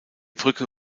brücke